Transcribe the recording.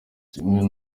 kimwe